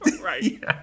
Right